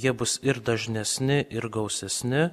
jie bus ir dažnesni ir gausesni